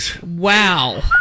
Wow